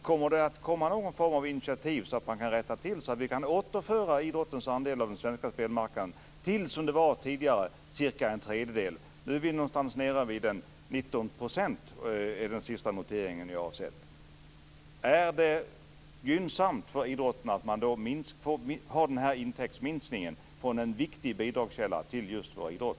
Kommer det någon form av initiativ så att man kan rätta till det, så att vi kan återföra idrottens andel av den svenska spelmarknaden till som det var tidigare, cirka en tredjedel? Nu är vi någonstans nere vid 19 % enligt den senaste notering jag har sett. Är det gynnsamt för idrotten att man får den här intäktsminskningen från en viktig bidragskälla till just vår idrott?